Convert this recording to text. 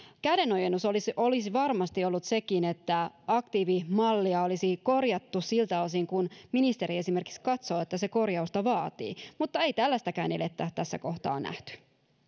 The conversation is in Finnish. käden ojennus olisi olisi varmasti ollut sekin että aktiivimallia olisi korjattu siltä osin kuin ministeri esimerkiksi katsoo että se korjausta vaatii mutta ei tällaistakaan elettä tässä kohtaa nähty